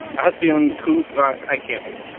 astianku i can't do it.